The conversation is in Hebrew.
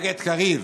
נגד קריב.